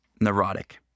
neurotic